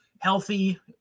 Healthy